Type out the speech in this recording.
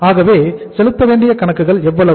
ஆகவே செலுத்த வேண்டிய கணக்குகள் எவ்வளவு